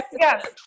Yes